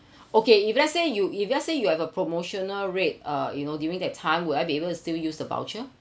okay if let's say you if let's say you have a promotional rate uh you know during that time would I be able to still use the voucher